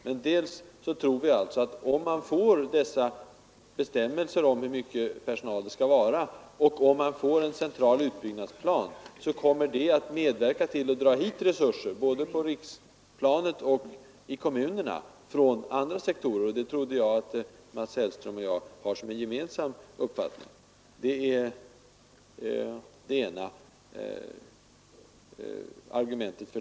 Men om man får bestämmelser om hur stor personaltäthet det skall vara och en central utbyggnadsplan, kommer detta att medverka till att dra till sig resurser från andra sektorer både på riksplanet och i kommunerna. Detta var mitt ena argument.